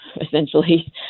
essentially